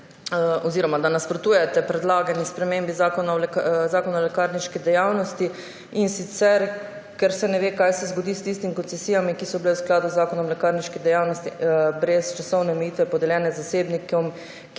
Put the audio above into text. ste, da nasprotujete predlagani spremembi Zakona o lekarniški dejavnosti, in sicer ker se ne ve, kaj se zgodi s tistimi koncesijami, ki so bile v skladu z Zakonom o lekarniški dejavnosti brez časovne omejitve podeljene zasebnikom,